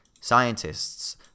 scientists